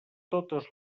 totes